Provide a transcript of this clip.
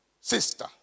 sister